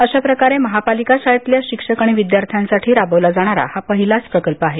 अशा प्रकारे महापालिका शाळेतल्या शिक्षक आणि विद्यार्थ्यांसाठी राबवला जाणारा हा पहिलाच प्रकल्प आहे